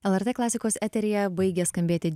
lrt klasikos eteryje baigia skambėti